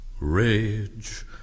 Rage